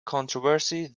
controversy